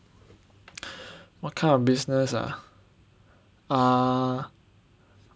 what kind of business ah ah